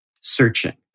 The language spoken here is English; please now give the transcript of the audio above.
searching